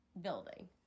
building